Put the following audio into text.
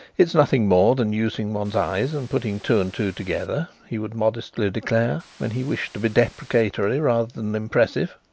it's nothing more than using one's eyes and putting two and two together, he would modestly declare, when he wished to be deprecatory rather than impressive.